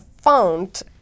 found